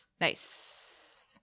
Nice